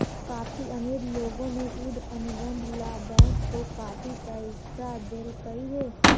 काफी अमीर लोगों ने युद्ध अनुबंध ला बैंक को काफी पैसा देलकइ हे